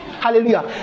Hallelujah